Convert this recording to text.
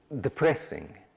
depressing